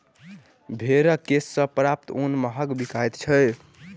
भेंड़क केश सॅ प्राप्त ऊन महग बिकाइत छै